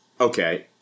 Okay